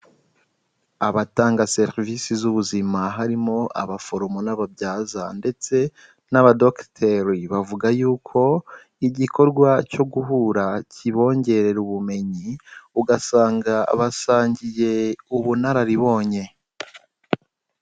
Abatanga serivisi z'ubuzima harimo abaforomo n'ababyaza ndetse n'abadogiteri bavuga yuko igikorwa cyo guhura kibongerera ubumenyi, ugasanga basangiye ubunararibonye.